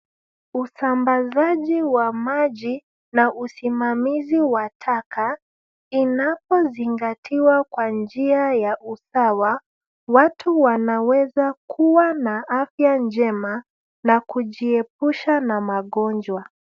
Usambazaji wa maji na usimamizi wa taka inazozingatiwa kwa njia ya usawa, watu wanaweza kuwa na afya njema na kujiepusha na magonjwa.